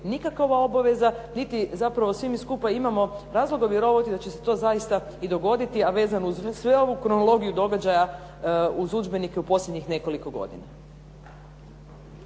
nikakova obaveza, niti zapravo, svi mi skupa imamo razloga vjerovati da će se to zaista i dogoditi, a vezano uz sve ovu kronologiju događaja uz udžbenike u posljednjih nekoliko godina.